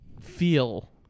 feel